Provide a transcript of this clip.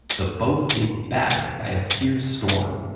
the boat is battered by a fierce storm,